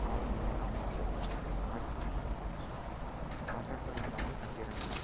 காலம் மாற மாற ஆட்சி மாற மாற ராஜாக்கள் அங்கே வந்து தங்கியிருந்தனர்